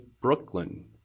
Brooklyn